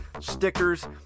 stickers